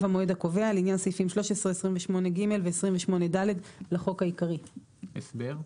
המועד הקובע לעניין סעיפים 13(28ג) ו-(28ד) לחוק העיקרי." הסבר?